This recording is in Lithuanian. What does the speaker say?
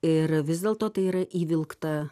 ir vis dėlto tai yra įvilkta